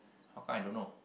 how come I don't know